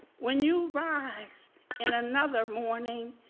when you rise in another morning,